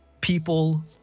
people